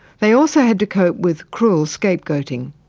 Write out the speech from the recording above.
they also had to cope with cruel scapegoating.